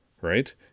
right